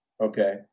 okay